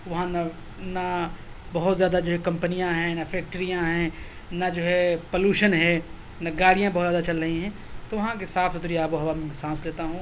وہاں نہ نہ بہت زیادہ جو ہے کمپنیاں ہیں نہ فیکٹیریاں ہیں نہ جو ہے پلوشن ہے نہ گاڑیاں بہت زیادہ چل رہی ہیں تو وہاں کی صاف ستھری آب و ہوا میں سانس لیتا ہوں